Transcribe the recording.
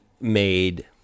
made